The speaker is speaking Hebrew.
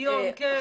עליון, כן.